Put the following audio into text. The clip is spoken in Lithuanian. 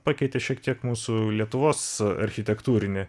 pakeitė šiek tiek mūsų lietuvos architektūrinį